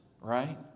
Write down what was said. right